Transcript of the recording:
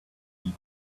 meet